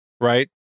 right